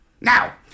Now